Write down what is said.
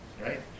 right